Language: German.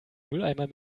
mülleimer